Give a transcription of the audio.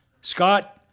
Scott